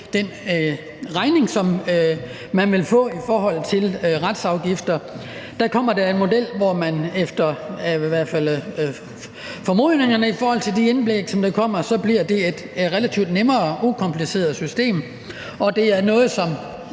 den regning, som man vil få i forhold til retsafgifter. Nu kommer der en model, som – i hvert fald efter formodningerne i de indlæg, der har været – bliver et relativt nemmere og ukompliceret system, og det er noget, som